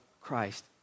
Christ